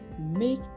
make